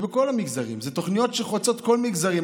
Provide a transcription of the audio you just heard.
ובכל המגזרים, אלו תוכניות שחוצות את כל המגזרים.